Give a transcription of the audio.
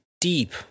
deep